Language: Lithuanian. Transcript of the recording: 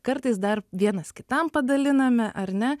kartais dar vienas kitam padaliname ar ne